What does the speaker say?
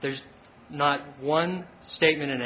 there's not one statement